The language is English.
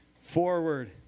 Forward